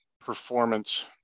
performance